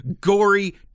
gory